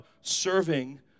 serving